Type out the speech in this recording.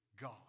God